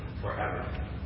forever